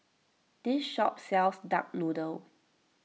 this shop sells Duck Noodle